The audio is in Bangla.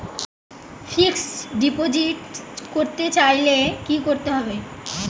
ফিক্সডডিপোজিট করতে চাইলে কি করতে হবে?